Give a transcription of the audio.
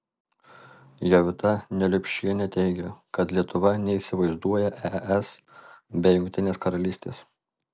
jovita neliupšienė teigia kad lietuva neįsivaizduoja es be jungtinės karalystės